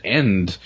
end